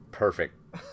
Perfect